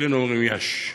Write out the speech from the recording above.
אצלנו אומרים יאש.